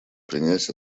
принять